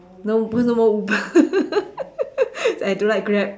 no cause no more Uber I don't like Grab